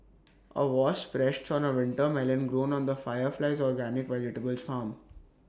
A wasp rests on A winter melon grown on the fire flies organic vegetables farm